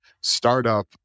startup